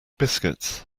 biscuits